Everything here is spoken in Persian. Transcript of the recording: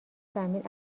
فهمید